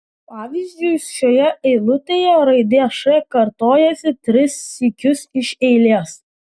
pavyzdžiui šioje eilutėje raidė š kartojasi tris sykius iš eilės